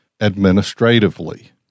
administratively